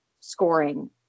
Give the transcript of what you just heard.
scoring